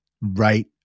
right